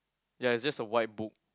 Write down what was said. ya is just a white book